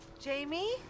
Jamie